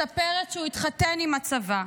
מספרת שהוא התחתן עם הצבא.